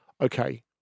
okay